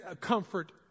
comfort